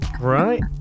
right